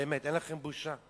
באמת, אין לכם בושה?